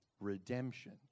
redemption